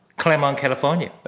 claremont, california. oh,